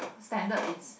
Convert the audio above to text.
standard is